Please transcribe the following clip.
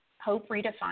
hope-redefined